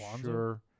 Sure